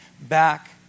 back